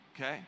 okay